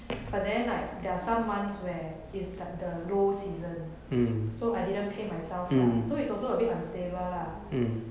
but then like there are some months where is like the low season so I didn't pay myself lah so it's a bit unstable lah